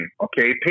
okay